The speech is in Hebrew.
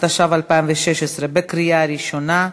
התשע"ו 2016, בקריאה ראשונה.